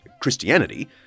Christianity